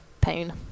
Pain